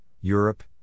Europe